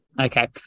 Okay